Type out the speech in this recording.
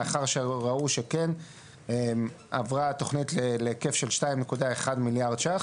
לאחר שראו שכן, עברה התכנית של 2.1 מיליארד ₪,